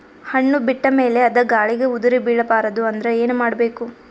ಹಣ್ಣು ಬಿಟ್ಟ ಮೇಲೆ ಅದ ಗಾಳಿಗ ಉದರಿಬೀಳಬಾರದು ಅಂದ್ರ ಏನ ಮಾಡಬೇಕು?